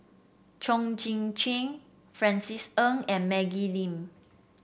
Chong Tze Chien Francis Ng and Maggie Lim